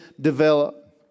develop